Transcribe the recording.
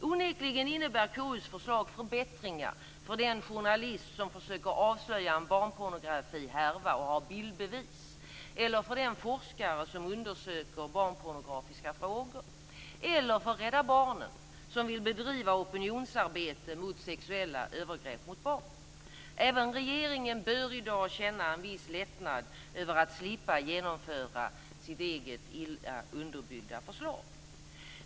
Onekligen innebär KU:s förslag förbättringar för den journalist som försöker avslöja en barnpornografihärva och som har bildbevis, för den forskare som undersöker barnpornografiska frågor eller för Rädda Barnen, som vill bedriva opinionsarbete mot sexuella övergrepp mot barn. Även regeringen bör i dag känna en viss lättnad över att slippa genomföra sitt eget illa underbyggda förslag.